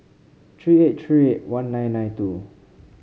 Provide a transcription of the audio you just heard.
three eight three eight one nine nine two